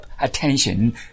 attention